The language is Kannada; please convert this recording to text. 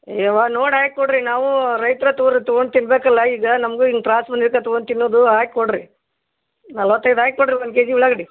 ಅವ್ವ ನೋಡಿ ಹಾಕ್ ಕೊಡಿರಿ ನಾವೂ ರೈತ್ರೇ ತೊಗೋರಿ ತೊಗೊಂಡ್ ತಿನ್ನಬೇಕಲ್ಲ ಈಗ ನಮ್ಗೂ ಹಿಂಗ್ ತ್ರಾಸು ಬಂದೈತೆ ತೊಗೊಂಡ್ ತಿನ್ನೋದು ಹಾಕ್ ಕೊಡಿರಿ ನಲ್ವತ್ತೈದು ಹಾಕಿ ಕೊಡಿರಿ ಒಂದು ಕೆ ಜಿ ಉಳ್ಳಾಗಡ್ಡೆ